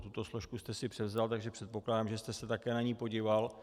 Tuto složku jste si převzal, takže předpokládám, že jste se také na ni podíval.